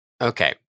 Okay